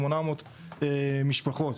800 משפחות.